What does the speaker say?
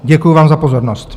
Děkuji vám za pozornost.